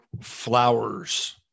flowers